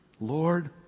Lord